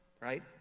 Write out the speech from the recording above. right